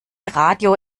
radio